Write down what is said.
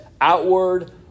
outward